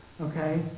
okay